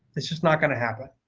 it's just not going to happen.